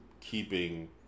keeping